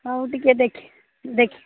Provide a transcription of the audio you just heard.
ହଉ ଟିକେ ଦେଖେ ଦେଖେ